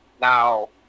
Now